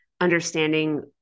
understanding